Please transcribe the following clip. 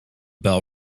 bell